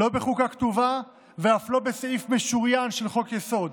לא בחוקה כתובה ואף לא בסעיף משוריין של חוק-יסוד,